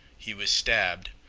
he was stabbed,